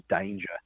danger